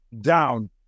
down